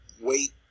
wait